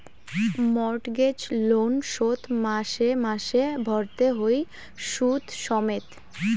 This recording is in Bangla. মর্টগেজ লোন শোধ মাসে মাসে ভরতে হই শুধ সমেত